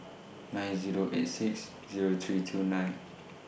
nine Zero eight six Zero three two nine